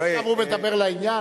אבל עכשיו הוא מדבר לעניין,